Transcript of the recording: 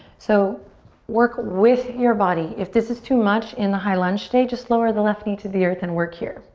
so work with your body. if this is too much in the high lunge today, just lower the left knee to the earth and work here.